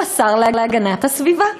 הוא השר להגנת הסביבה.